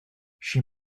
she